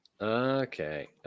okay